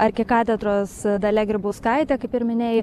arkikatedros dalia grybauskaitė kaip ir minėjai